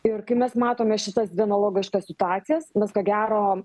ir kai mes matome šitas dvi analogiškas situacijas mes ko gero